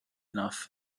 enough